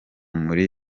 muri